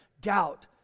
Doubt